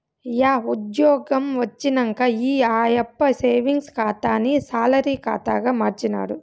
yeah ఉజ్జ్యోగం వచ్చినంక ఈ ఆయప్ప సేవింగ్స్ ఖాతాని సాలరీ కాతాగా మార్చినాడు